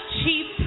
cheap